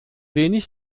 wenig